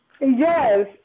Yes